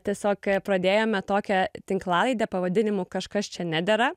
tiesiog pradėjome tokią tinklalaidę pavadinimu kažkas čia nedera